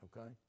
okay